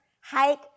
hike